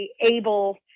able